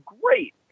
great